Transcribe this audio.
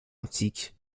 antiques